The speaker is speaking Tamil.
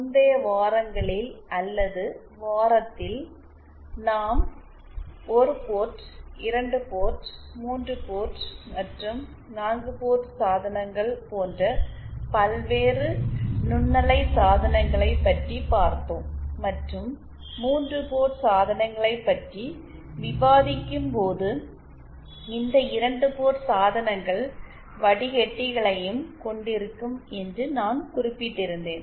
முந்தைய வாரங்களில் அல்லது வாரத்தில் நாம் 1 போர்ட் 2 போர்ட் 3 போர்ட் மற்றும் 4 போர்ட் சாதனங்கள் போன்ற பல்வேறு நுண்ணலை சாதனங்களை பற்றி பார்த்தோம் மற்றும் 3 போர்ட் சாதனங்களை பற்றி விவாதிக்கும் போது இந்த 2 போர்ட் சாதனங்கள் வடிக்கட்டிகளையும் கொண்டிருக்கும் என்று நான் குறிப்பிட்டிருந்தேன்